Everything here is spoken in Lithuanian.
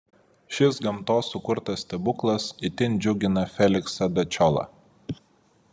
šis gamtos sukurtas stebuklas itin džiugina feliksą dačiolą